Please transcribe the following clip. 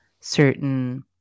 certain